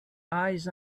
eyes